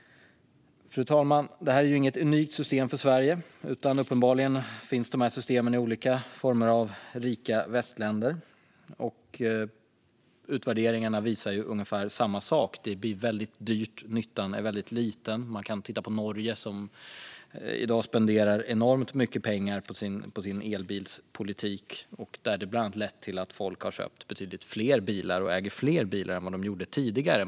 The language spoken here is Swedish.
Fru talman! Detta system är inte unikt för Sverige. Uppenbarligen finns dessa system i olika rika västländer, och utvärderingarna visar ungefär samma sak, nämligen att det blir väldigt dyrt och att nyttan är liten. Man kan titta på Norge, som i dag spenderar enormt mycket pengar på sin elbilspolitik, vilket bland annat har lett till att folk köper och äger fler bilar än tidigare.